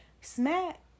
Smack